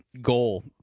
goal